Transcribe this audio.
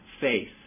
faith